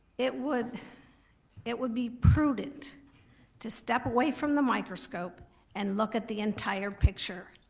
it would it would be prudent to step away from the microscope and look at the entire picture.